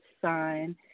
sign